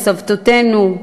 סבותינו.